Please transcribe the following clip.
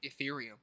Ethereum